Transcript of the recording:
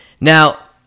Now